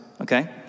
Okay